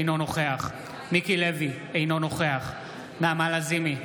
אינו נוכח מיקי לוי, אינו נוכח נעמה לזימי,